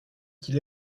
qu’il